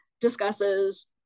discusses